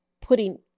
putting